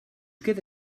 queda